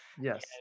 Yes